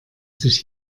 sich